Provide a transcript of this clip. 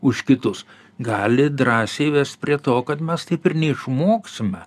už kitus gali drąsiai vest prie to kad mes taip ir neišmoksime